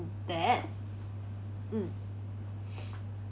that mm